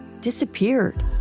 disappeared